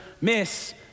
miss